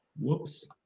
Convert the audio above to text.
Whoops